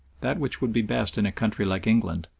that which would be best in a country like england,